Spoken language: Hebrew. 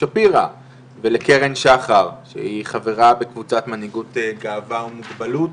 שפירא ולקרן שחר שהיא חברה בקבוצת מנהיגות גאווה ומוגבלות,